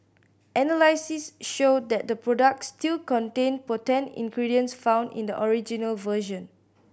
analysis showed that the products still contained potent ingredients found in the original version